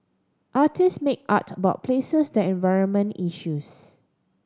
artist make art about places the environment issues